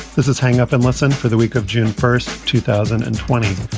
this is hang up and listen for the week of june first, two thousand and twenty.